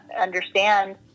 understand